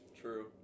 True